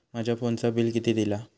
माझ्या फोनचा बिल किती इला?